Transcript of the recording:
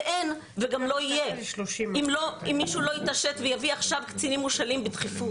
וגם לא יהיה אם מישהו לא יתעשת ויביא עכשיו קצינים מושאלים בדחיפות.